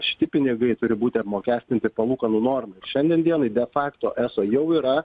šiti pinigai turi būti apmokestinti palūkanų norma ir šiandien dienai de fakto eso jau yra